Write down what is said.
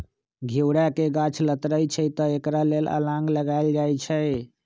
घिउरा के गाछ लथरइ छइ तऽ एकरा लेल अलांन लगायल जाई छै